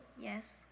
Yes